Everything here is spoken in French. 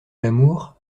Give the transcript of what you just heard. l’amour